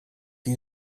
you